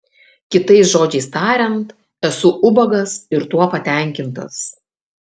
kitais žodžiais tariant esu ubagas ir tuo patenkintas